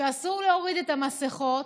אסור להוריד את המסכות,